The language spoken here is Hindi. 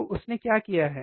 तो उसने क्या किया है